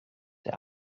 der